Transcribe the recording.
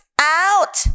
out